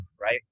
Right